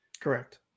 Correct